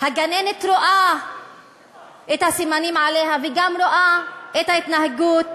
הגננת רואה את הסימנים עליה וגם רואה את ההתנהגות